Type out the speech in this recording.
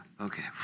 Okay